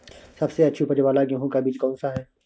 सबसे अच्छी उपज वाला गेहूँ का बीज कौन सा है?